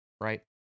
right